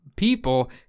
people